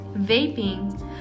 vaping